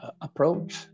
approach